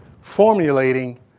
formulating